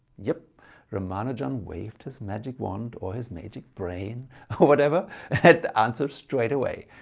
yep ramanujan waved his magic wand, or his magic brain or whatever had the answer straight away.